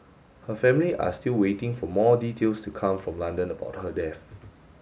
her family are still waiting for more details to come from London about her death